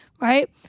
right